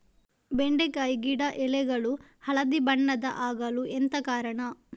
ಬೆಂಡೆಕಾಯಿ ಗಿಡ ಎಲೆಗಳು ಹಳದಿ ಬಣ್ಣದ ಆಗಲು ಎಂತ ಕಾರಣ?